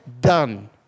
Done